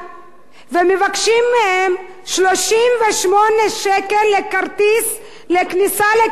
ומבקשים מהם 38 שקל לכרטיס כניסה לקיסריה.